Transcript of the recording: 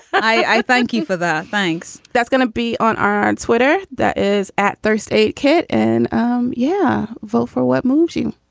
i thank you for that. thanks. that's gonna be on our twitter. that is at first aid kit and um yeah. vote for what, muji?